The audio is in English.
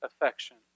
affection